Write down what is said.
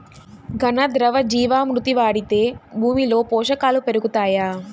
ఘన, ద్రవ జీవా మృతి వాడితే భూమిలో పోషకాలు పెరుగుతాయా?